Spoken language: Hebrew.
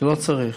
שלא צריך.